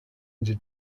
into